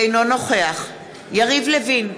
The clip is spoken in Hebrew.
אינו נוכח יריב לוין,